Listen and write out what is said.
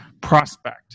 prospect